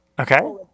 Okay